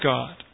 God